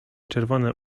czerwone